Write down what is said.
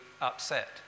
upset